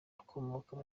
akomoka